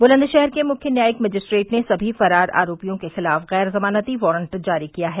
बुलंदशहर के मुख्य न्यायिक मजिस्ट्रेट ने सभी फ़रार आरोपियों के ख़िलाफ़ ग़ैर ज़मानती वारट जारी किया है